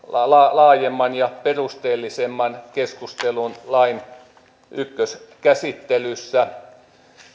laajemman ja perusteellisemman keskustelun lain ykköskäsittelyssä